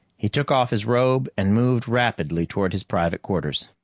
he took off his robe and moved rapidly toward his private quarters.